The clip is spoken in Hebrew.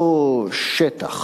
לא שטח.